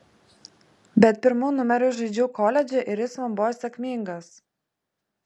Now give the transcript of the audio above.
bet pirmu numeriu žaidžiau koledže ir jis man buvo sėkmingas